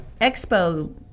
Expo